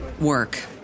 work